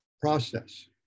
process